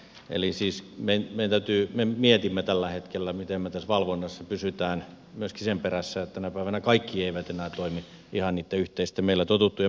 eli me mietimme tällä hetkellä miten me tässä valvonnassa pysymme myöskin sen perässä että tänä päivänä kaikki eivät enää toimi ihan niitten yhteisten meillä totuttujen pelisääntöjen mukaan